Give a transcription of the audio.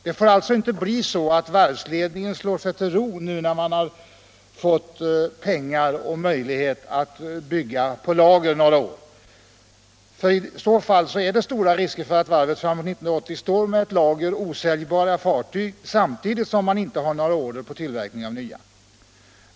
Det får inte bli så att varvsledningen slår sig till ro, när man nu har fått pengar och möjligheter att bygga på lager några år — då föreligger det stor risk för att varvet framåt 1980 står med ett lager osäljbara fartyg, samtidigt som man saknar order på tillverkning av nya.